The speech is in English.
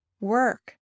work